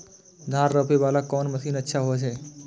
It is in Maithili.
धान रोपे वाला कोन मशीन अच्छा होय छे?